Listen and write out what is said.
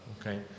okay